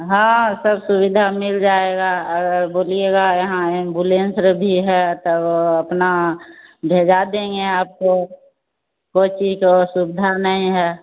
हाँ सब सुविधा मिल जाएगा अर बोलिएगा यहां एम्बुलेंस र भी है तब अपना भिजवा देंगे आपको को चीज को असुविधा नहीं है